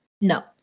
no